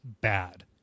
bad